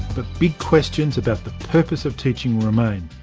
but big questions about the purpose of teaching remain.